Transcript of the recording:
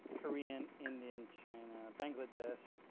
korean, indian, china, bangladesh,